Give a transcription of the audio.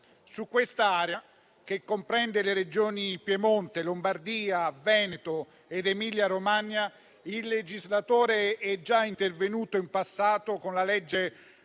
Su quest'area, che comprende le Regioni Piemonte, Lombardia, Veneto ed Emilia-Romagna, il legislatore è già intervenuto in passato con la legge